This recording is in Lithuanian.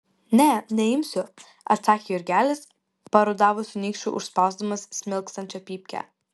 ne neimsiu atsakė jurgelis parudavusiu nykščiu užspausdamas smilkstančią pypkę